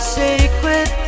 sacred